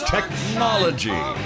Technology